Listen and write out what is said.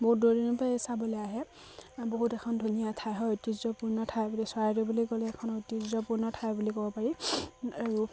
বহুত দূৰ দূৰণিৰ পৰা চাবলে আহে বহুত এখন ধুনীয়া ঠাই হয় ঐতিহ্যপূৰ্ণ ঠাই বুলি চৰাইদেউ বুলি ক'লে এখন ঐতিহ্যপূৰ্ণ ঠাই বুলি ক'ব পাৰি আৰু